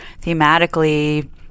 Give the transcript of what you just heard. thematically